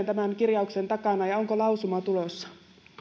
tämän kirjauksen takana ja onko lausuma tulossa